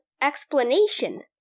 explanation